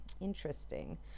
interesting